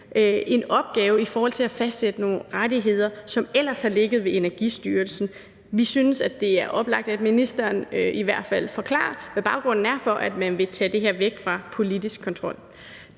en opgave med at fastsætte nogle rettigheder, som ellers har ligget i Energistyrelsen. Vi synes, det er oplagt, at ministeren i hvert fald forklarer, hvad baggrunden er for, at man vil tage det her væk fra politisk kontrol.